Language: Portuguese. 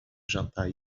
jantar